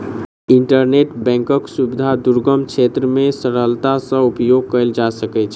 internet बैंकक सुविधा दुर्गम क्षेत्र मे सरलता सॅ उपयोग कयल जा सकै छै